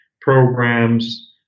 programs